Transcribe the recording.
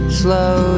slow